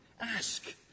Ask